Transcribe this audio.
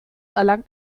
erlangt